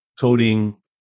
coding